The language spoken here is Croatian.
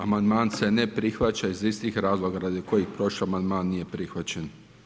Amandman se ne prihvaća iz istih razloga radi kojih prošli amandman nije prihvaćen.